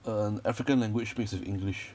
an african language mixed with english